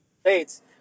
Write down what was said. states